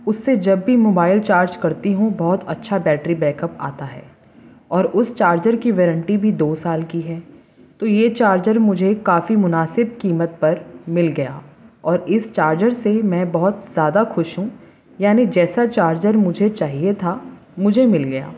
اس سے جب بھی موبائل چارجر کرتی ہوں بہت اچھا بیٹری بیک اپ آتا ہے اور اس چارجر کی وارنٹی بھی دو سال کی ہے تو یہ چارجر مجھے کافی مناسب قیمت پر مل گیا اور اس چارجر سے میں بہت زیادہ خوش ہوں یعنی جیسا چارجر مجھے چاہیے تھا مجھے مل گیا